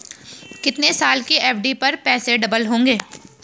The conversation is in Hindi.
कितने साल की एफ.डी पर पैसे डबल होंगे?